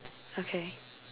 okay